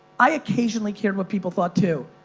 i occasionally cared what people thought too.